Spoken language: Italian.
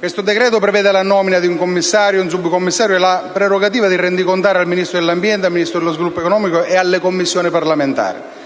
Esso prevede la nomina di un commissario e di un subcommissario con la prerogativa di rendicontare al Ministro dell'ambiente, al Ministro dello sviluppo economico e alle Commissioni parlamentari.